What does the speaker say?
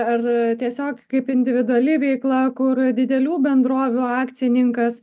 ar tiesiog kaip individuali veikla kur didelių bendrovių akcininkas